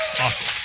Awesome